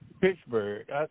Pittsburgh